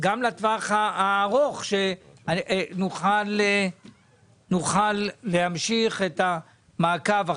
לגבי הטווח הארוך אנחנו נמשיך את המעקב.